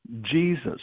Jesus